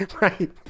right